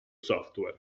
software